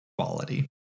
quality